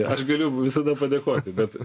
aš galiu visada padėkoti bet